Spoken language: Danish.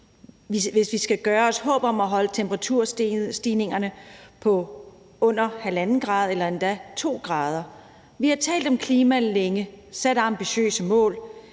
hvis vi skal gøre os håb om at holde temperaturstigningerne på under 1,5 grad eller endda 2 grader. Vi har talt om klima længe og sat ambitiøse mål,